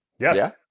Yes